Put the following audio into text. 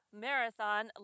marathon